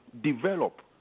develop